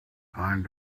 find